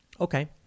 Okay